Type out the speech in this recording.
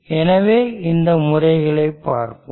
எனவே இந்த முறைகளைப் பார்ப்போம்